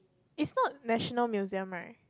it's not National Museum right